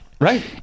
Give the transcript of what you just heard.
right